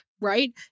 right